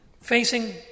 facing